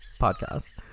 podcast